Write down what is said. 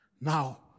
Now